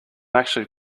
actually